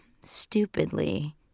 stupidly